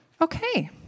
Okay